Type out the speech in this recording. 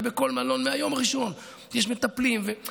בכל מלון יש מטפלים מהיום הראשון.